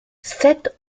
sept